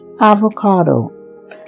avocado